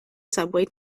subway